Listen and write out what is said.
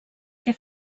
què